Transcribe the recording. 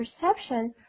perception